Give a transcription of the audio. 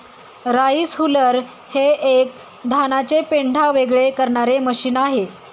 rice huller हे एक धानाचे पेंढा वेगळे करणारे मशीन आहे